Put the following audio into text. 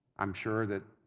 i'm sure that